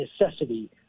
necessity